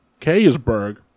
Kaysberg